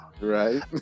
right